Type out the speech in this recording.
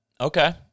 Okay